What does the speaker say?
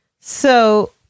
So-